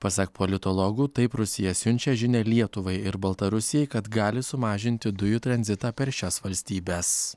pasak politologų taip rusija siunčia žinią lietuvai ir baltarusijai kad gali sumažinti dujų tranzitą per šias valstybes